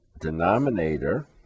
denominator